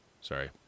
Sorry